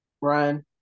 Ryan